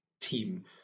team